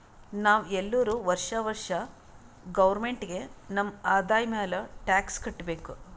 ನಾವ್ ಎಲ್ಲೋರು ವರ್ಷಾ ವರ್ಷಾ ಗೌರ್ಮೆಂಟ್ಗ ನಮ್ ಆದಾಯ ಮ್ಯಾಲ ಟ್ಯಾಕ್ಸ್ ಕಟ್ಟಬೇಕ್